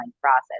process